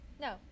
no